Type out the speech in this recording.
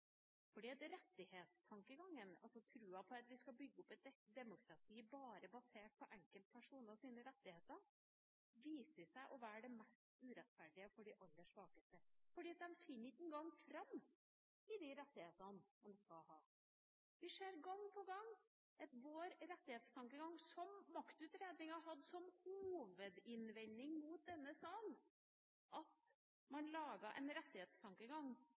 rettighetstankegangen – troen på at vi skal bygge opp et demokrati bare basert på enkeltpersoners rettigheter – viser seg å være mest urettferdig for de aller svakeste, fordi de ikke engang finner fram i de rettighetene de har. Når det gjelder vår rettighetstankegang, hadde maktutredningen som hovedinnvending mot denne sal at man gang på gang lager en rettighetstankegang